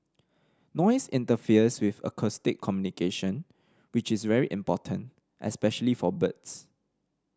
noise interferes with acoustic communication which is very important especially for birds